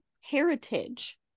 heritage